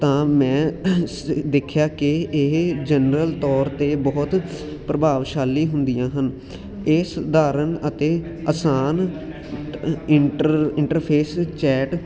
ਤਾਂ ਮੈਂ ਦੇਖਿਆ ਕਿ ਇਹ ਜਨਰਲ ਤੌਰ 'ਤੇ ਬਹੁਤ ਪ੍ਰਭਾਵਸ਼ਾਲੀ ਹੁੰਦੀਆਂ ਹਨ ਇਹ ਸਧਾਰਨ ਅਤੇ ਆਸਾਨ ਇ ਇੰਟਰ ਇੰਟਰਫੇਸ ਚੈਟ